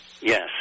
Yes